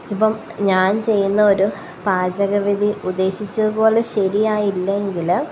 ഇപ്പം ഞാന് ചെയ്യുന്ന ഒരു പാചകവിധി ഉദ്ദേശിച്ചതുപോലെ ശരിയായില്ലെങ്കിൽ